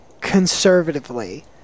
conservatively